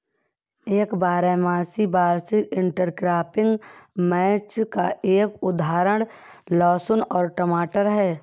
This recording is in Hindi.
एक बारहमासी वार्षिक इंटरक्रॉपिंग मैच का एक उदाहरण लहसुन और टमाटर है